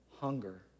hunger